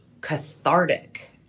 cathartic